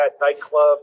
nightclub